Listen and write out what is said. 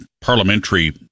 parliamentary